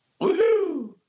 Woohoo